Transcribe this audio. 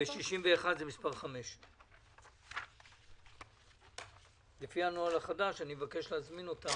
וברשימה לעניין סעיף 61 זה מספר 5. לפי הנוהל החדש אני מבקש להזמין אותם.